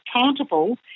accountable